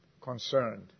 concerned